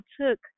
took